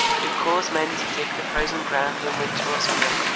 who cause men to dig the frozen ground in winter or spring.